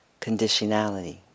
conditionality